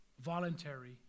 voluntary